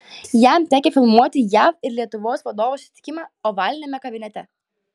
jam tekę filmuoti jav ir lietuvos vadovų susitikimą ovaliniame kabinete